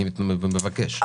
אני מבקש,